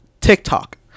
TikTok